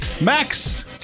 Max